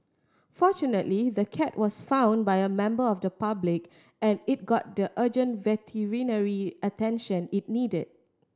fortunately the cat was found by a member of the public and it got the urgent veterinary attention it needed